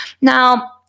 Now